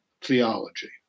theology